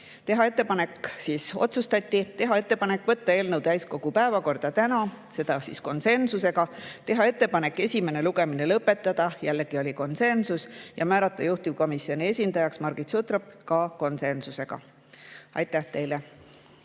esimene lugemine. Otsustati teha ettepanek võtta eelnõu täiskogu päevakorda täna, konsensusega, teha ettepanek esimene lugemine lõpetada, jällegi oli konsensus, ja määrata juhtivkomisjoni esindajaks Margit Sutrop, ka konsensusega. Aitäh teile!